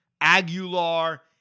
Aguilar